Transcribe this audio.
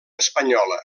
espanyola